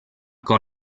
con